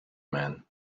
men